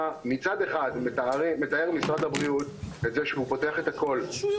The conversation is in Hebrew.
אחד, מתאר משרד הבריאות את זה שהוא פותח הכול